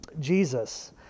Jesus